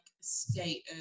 state